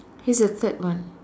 this is the third one